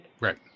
Right